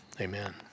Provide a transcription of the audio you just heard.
Amen